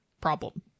problem